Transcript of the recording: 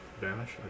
vanish